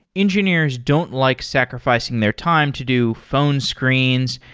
engineers don't like sacrificing their time to do phone screens,